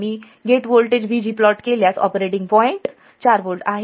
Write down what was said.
मी gate voltage VG plot केल्यास operating point voltage 4 volt आहे